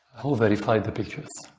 who verified the pictures?